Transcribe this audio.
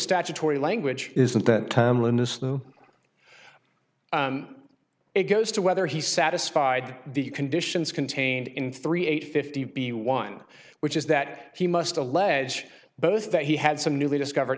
statutory language isn't that it goes to whether he satisfied the conditions contained in three eight fifty b one which is that he must allege both that he had some newly discover